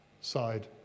side